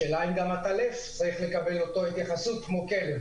השאלה היא אם גם עטלף צריך לקבל אותה התייחסות כמו כלב.